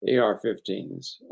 ar-15s